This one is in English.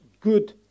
good